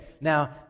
now